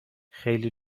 خیلی